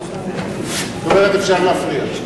זאת אומרת, אפשר להפריע.